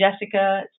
Jessica